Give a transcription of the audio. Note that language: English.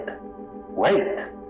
Wait